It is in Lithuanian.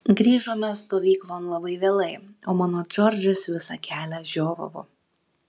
grįžome stovyklon labai vėlai o mano džordžas visą kelią žiovavo